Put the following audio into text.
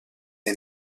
est